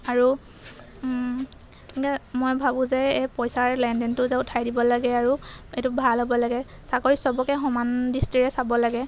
আৰু এতিয়া মই ভাবোঁ যে এই পইচাৰ লেনদেনটো যে উঠাই দিব লাগে আৰু এইটো ভাল হ'ব লাগে চাকৰি চবকে সমান দৃষ্টিৰে চাব লাগে